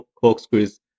corkscrews